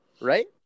Right